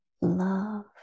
love